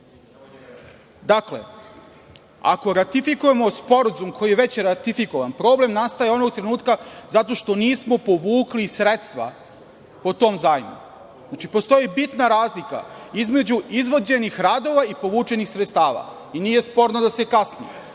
isto. Dakle, ako ratifikujemo sporazum koji je već ratifikovan, problem nastaje onog trenutka zato što nismo povukli sredstva po tom zajmu. Znači, postoji bitna razlika između izvođenih radova i povučenih sredstava i nije sporno da se kasni.